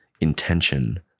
intention